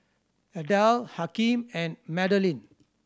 Adelle Hakeem and Madalyn